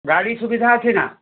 ଗାଡ଼ି ସୁବିଧା ଅଛି ନାଁ